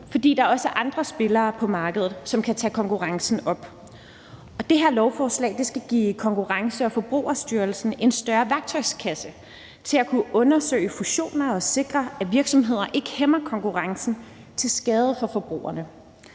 fordi der også er andre spillere på markedet, som kan tage konkurrencen op. Det her lovforslag skal give Konkurrence- og Forbrugerstyrelsen en større værktøjskasse til at kunne undersøge fusioner og sikre, at virksomheder ikke hæmmer konkurrencen til skade for forbrugerne.